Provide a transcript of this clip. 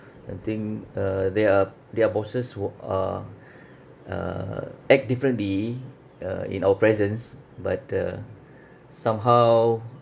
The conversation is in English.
I think uh there are there are bosses who are uh act differently uh in our presence but uh somehow